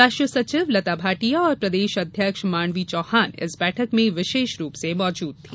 राष्ट्रीय सचिव लता भाटिया और प्रदेश अध्यक्ष मांडवी चौहान इस बैठक में विशेष रूप से मौजूद थी